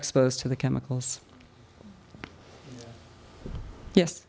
exposed to the chemicals yes